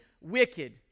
wicked